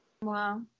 Wow